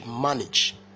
manage